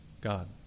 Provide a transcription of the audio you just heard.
God